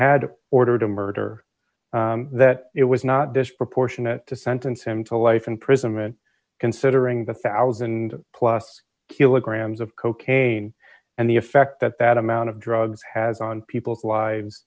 had ordered a murder that it was not disproportionate to sentence him to life imprisonment considering the one thousand plus kilograms of cocaine and the effect that that amount of drugs has on people who lives